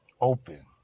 open